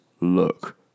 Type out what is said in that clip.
look